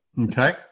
Okay